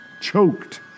choked